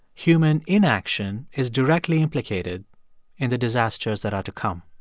human inaction is directly implicated in the disasters that are to come